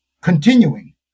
continuing